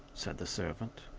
said the servant.